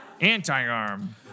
Anti-arm